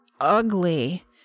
ugly